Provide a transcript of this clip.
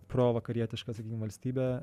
provakarietiška sakykim valstybė